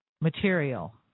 material